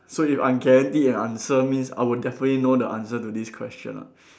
so if I'm guaranteed an answer means I will definitely know the answer to this question ah